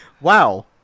Wow